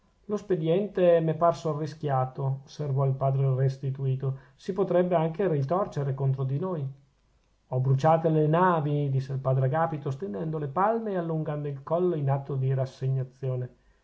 spediente m'è parso arrischiato osservò il padre restituto si potrebbe anche ritorcere contro di noi ho bruciate le navi disse il padre agapito stendendo le palme e allungando il collo in atto di rassegnazione